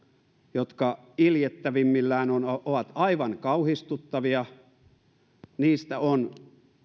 jotka iljettävimmillään ovat ovat aivan kauhistuttavia on